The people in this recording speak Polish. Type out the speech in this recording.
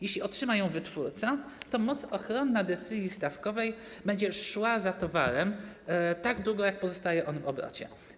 Jeśli otrzyma ją wytwórca, to moc ochronna decyzji stawkowej będzie szła za towarem tak długo, jak długo pozostaje on w obrocie.